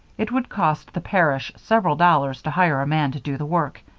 it would cost the parish several dollars to hire a man to do the work,